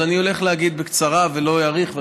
אז אני הולך להגיד בקצרה ולא אאריך,